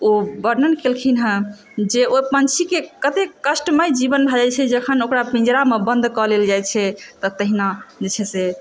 ओ वर्णन केलखिन हँ जे ओ पङ्क्षीके कतेक कष्टमय जीवन भए जाइ छै जखन ओकरा पिञ्जरामे बन्द कऽ लेल जाइत छै तऽ तहिना जे छै से